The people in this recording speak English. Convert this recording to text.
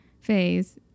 phase